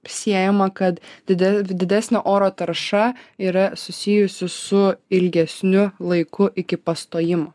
siejama kad di dėl didesnio oro tarša yra susijusi su ilgesniu laiku iki pastojimo